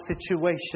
situation